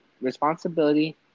Responsibility